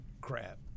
crap